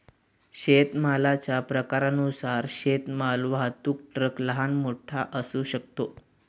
शेतमालाच्या प्रकारानुसार शेतमाल वाहतूक ट्रक लहान, मोठा असू शकतो